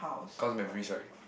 cause memories right